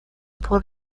por